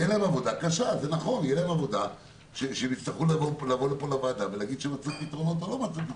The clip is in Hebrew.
תהיה להם עבודה שתצריך אותם לבוא לוועדה ולהגיד אם מצאו פתרונות או לא,